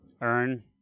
earn